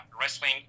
wrestling